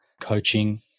coaching